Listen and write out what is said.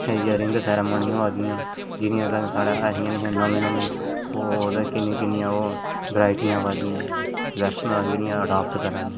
उ'त्थें इ'यै ring ceremony होआ दियां जि'न्नियां साढ़े ऐहियां निं हियां नमें नमें होर कि'न्नी कि'न्नियां होर वैरायटियां आवा दियां वेस्टर्न जेह्ड़ियां अडॉप्ट करा ने